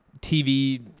TV